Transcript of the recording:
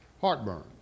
heartburn